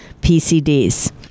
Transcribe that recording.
PCDs